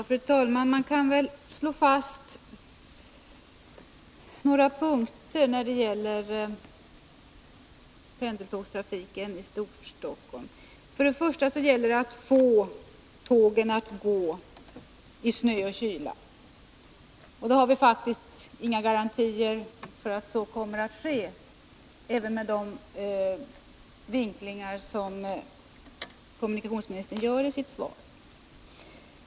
Fru talman! Man kan väl slå fast några punkter när det gäller pendeltågstrafiken i Storstockholm. För det första gäller det att få tågen att gå i snö och kyla. Vi har faktiskt inga garantier för att så kommer att ske, trots de vinklingar som kommunikationsministern gör i sitt svar.